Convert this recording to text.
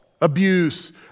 abuse